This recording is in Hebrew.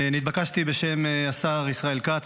נתבקשתי בשם השר ישראל כץ,